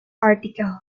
article